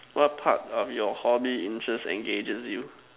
what part of your hobby interest engages you